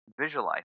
visualize